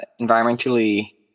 environmentally